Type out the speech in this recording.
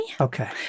Okay